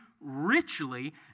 Richly